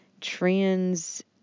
trans